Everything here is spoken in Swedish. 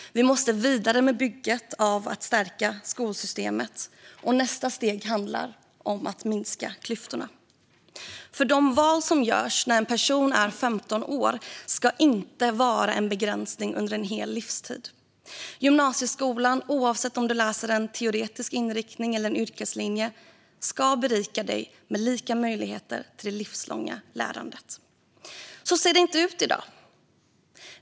Vi måste vidare med bygget och stärka skolsystemet. Nästa steg handlar om att minska klyftorna. De val som görs när en person är 15 år ska inte vara en begränsning under en hel livstid. Gymnasieskolan ska, oavsett om du läser en teoretisk inriktning eller en yrkeslinje, berika dig med lika möjligheter till det livslånga lärandet. Så ser det inte ut i dag.